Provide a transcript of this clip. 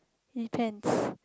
it depends